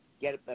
get